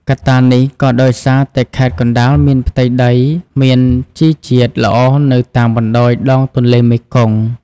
កត្តានេះក៏ដោយសារតែខេត្តកណ្ដាលមានផ្ទៃដីមានជីជាតិល្អនៅតាមបណ្ដោយដងទន្លេមេគង្គ។